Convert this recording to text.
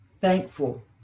thankful